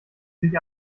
sich